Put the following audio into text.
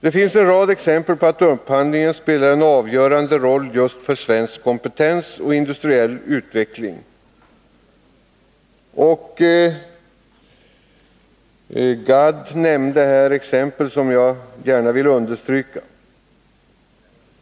Det finns en rad exempel på att upphandlingen spelar en avgörande roll just för svensk kompetens och industriell utveckling, och Arne Gadd nämnde här exempel som jag gärna vill understryka.